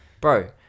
Bro